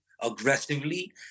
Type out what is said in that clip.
aggressively